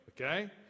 Okay